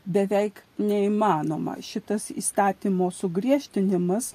beveik neįmanoma šitas įstatymo sugriežtinimas